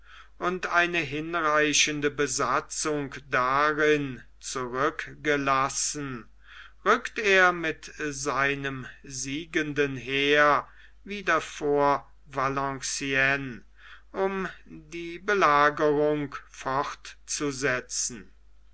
und eine hinreichende besatzung darin zurückgelassen rückt er mit seinem siegenden heer wieder vor valenciennes um die belagerung fortzusetzen